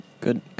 good